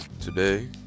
Today